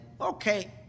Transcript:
okay